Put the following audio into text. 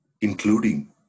including